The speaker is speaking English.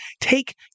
take